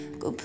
go